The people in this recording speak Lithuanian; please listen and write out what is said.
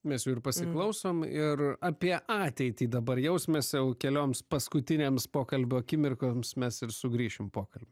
mes pasiklausom ir apie ateitį dabar jausmės jau kelioms paskutinėms pokalbio akimirkoms mes sugrįšim į pokalbį